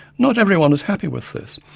not everyone was happy with this,